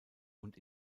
und